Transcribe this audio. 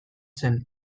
zen